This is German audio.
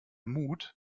mut